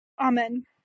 Amen